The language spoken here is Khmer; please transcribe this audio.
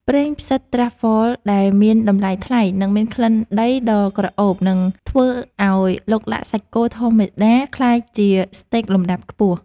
ប្រេងផ្សិតត្រាហ្វហ្វល (Truffle) ដែលមានតម្លៃថ្លៃនិងមានក្លិនដីដ៏ក្រអូបនឹងធ្វើឱ្យឡុកឡាក់សាច់គោធម្មតាក្លាយជាស្តេកលំដាប់ខ្ពស់។